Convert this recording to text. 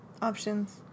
Options